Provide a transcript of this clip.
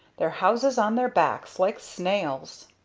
their houses on their backs like snails!